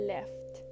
Left